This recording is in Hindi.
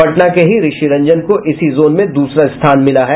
पटना के ही ऋषि रंजन को इसी जोन में दूसरा स्थान मिला है